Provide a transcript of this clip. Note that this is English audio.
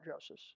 justice